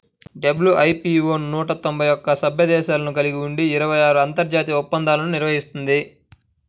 WIPO నూట తొంభై ఒక్క సభ్య దేశాలను కలిగి ఉండి ఇరవై ఆరు అంతర్జాతీయ ఒప్పందాలను నిర్వహిస్తుంది